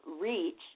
reach